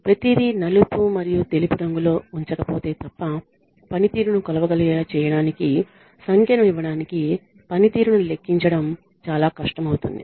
ప్రతిదీ నలుపు మరియు తెలుపు రంగులో ఉంచకపోతే తప్ప పనితీరును కొలవగలిగేలా చేయడానికి సంఖ్యను ఇవ్వడానికి పనితీరును లెక్కించడం చాలా కష్టం అవుతుంది